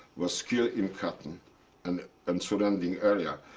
was killed in katyn and and surrounding area.